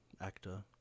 actor